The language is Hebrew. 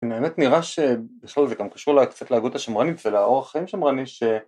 ‫באמת נראה שיש לזה גם קשור ‫לקצת להגות השמרנית ‫ולאורח חיים שמרני ש...